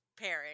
pairing